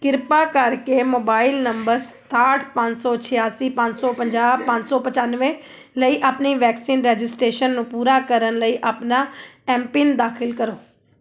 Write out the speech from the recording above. ਕਿਰਪਾ ਕਰਕੇ mobile number ਸਤਾਹਠ ਪੰਜ ਸੌ ਛਿਆਸੀ ਪੰਜ ਸੌ ਪੰਜਾਹ ਪੰਜ ਸੌ ਪਚਾਨਵੇਂ ਲਈ ਆਪਣੀ ਵੈਕਸੀਨ ਰਜਿਸਟ੍ਰੇਸ਼ਨ ਨੂੰ ਪੂਰਾ ਕਰਨ ਲਈ ਆਪਣਾ ਐਮ ਪਿੰਨ ਦਾਖਲ ਕਰੋ